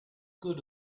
good